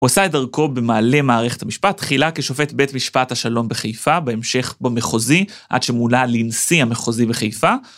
הוא עשה את דרכו במעלה מערכת המשפט, תחילה כשופט בית משפט השלום בחיפה, בהמשך במחוזי, עד שמונה לנשיא המחוזי בחיפה.